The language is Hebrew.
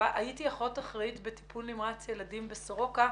עת הייתי אחות אחראית בטיפול נמרץ ילדים בסורוקה,